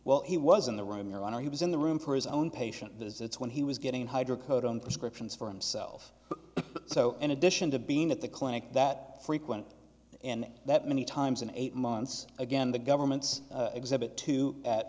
while he was in the room your honor he was in the room for his own patient visits when he was getting hydrocodone prescriptions for himself so in addition to being at the clinic that frequent and that many times in eight months again the government's exhibit two at